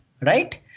right